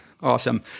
Awesome